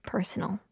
Personal